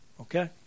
Okay